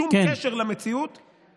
שום קשר למציאות, תודה.